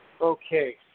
Okay